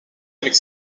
avec